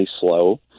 slow